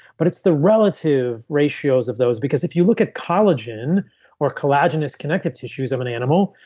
but it's the relative ratios of those because if you look at collagen or collagenous connective tissues of an animal,